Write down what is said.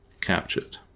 Captured